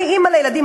אני אימא לילדים,